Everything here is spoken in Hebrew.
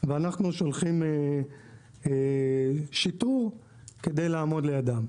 ואנחנו שולחים שיטור כדי לעמוד לידם.